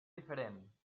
diferent